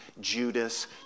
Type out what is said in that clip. Judas